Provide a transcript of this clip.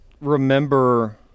remember